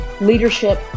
leadership